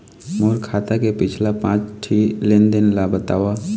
मोर खाता के पिछला पांच ठी लेन देन ला बताव?